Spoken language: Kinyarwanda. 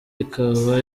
ikaba